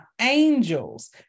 angels